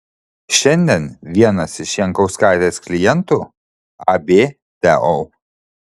šiandien vienas iš jankauskaitės klientų ab teo